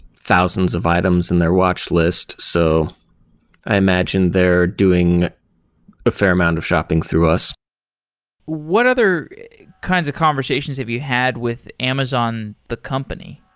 thousands of items in their watch list. so i imagine they're doing a fair amount of shopping through us what other kinds of conversations have you had with amazon, the company?